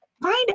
Find